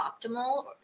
optimal